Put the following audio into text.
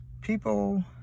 People